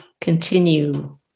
continue